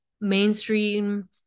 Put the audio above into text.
mainstream